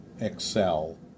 Excel